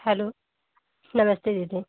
hello नमस्ते दीदी